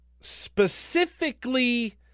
specifically